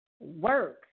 work